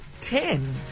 Ten